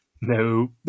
No